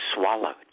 swallowed